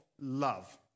love